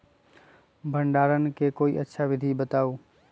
भंडारण के कोई अच्छा विधि बताउ?